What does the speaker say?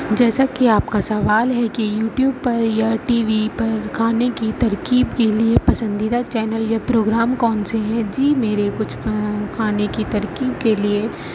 جیسا کہ آپ کا سوال ہے کہ یوٹیوب پر یا ٹی وی پر کھانے کی ترکیب کے لیے پسندیدہ چینل یا پروگرام کون سے ہیں جی میرے کچھ کھا کھانے کی ترکیب کے لیے